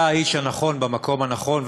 אתה האיש הנכון במקום הנכון,